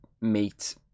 meet